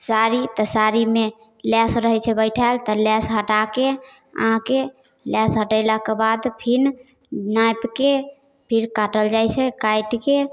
साड़ी तऽ साड़ीमे लेस रहै छै बैठाएल तऽ लेस हटाकऽ अहाँके लेस हटेलाके बाद फेर नापिकऽ फेर काटल जाइ छै काटिकऽ